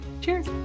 Cheers